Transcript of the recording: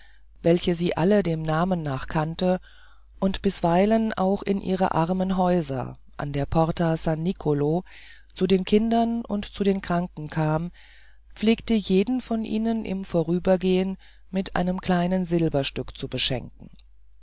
welche sie alle dem namen nach kannte und bisweilen auch in ihre armen häuser an der porta san niccol zu den kindern und zu den kranken kam pflegte jeden von ihnen im vorübergehen mit einem kleinen silberstück zu beschenken